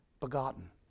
begotten